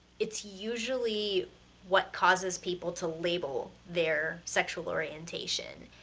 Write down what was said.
it's usually what causes people to label their sexual orientation.